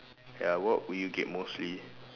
ya what would you get mostly